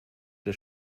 das